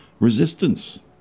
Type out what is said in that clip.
Resistance